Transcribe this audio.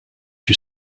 you